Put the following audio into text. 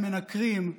הם מנקרים,